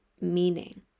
meaning